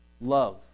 Love